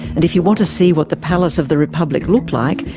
and if you want to see what the palace of the republic looked like,